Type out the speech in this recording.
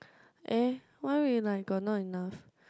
eh why we like got not enough